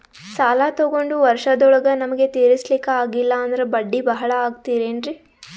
ಸಾಲ ತೊಗೊಂಡು ವರ್ಷದೋಳಗ ನಮಗೆ ತೀರಿಸ್ಲಿಕಾ ಆಗಿಲ್ಲಾ ಅಂದ್ರ ಬಡ್ಡಿ ಬಹಳಾ ಆಗತಿರೆನ್ರಿ?